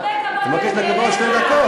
הרבה כבוד יש לי אליך,